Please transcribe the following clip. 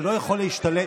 אתה לא יכול להשתלט.